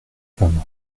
femme